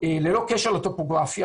ללא קשר לטופוגרפיה,